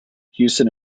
houston